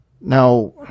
Now